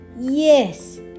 Yes